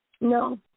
No